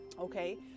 Okay